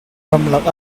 ramlak